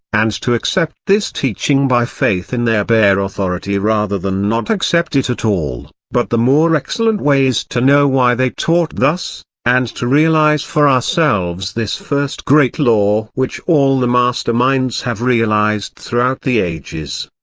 and to accept this teaching by faith in their bare authority rather than not accept it at all but the more excellent way is to know why they taught thus, and to realise for ourselves this first great law which all the master-minds have realised throughout the ages.